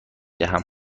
دهم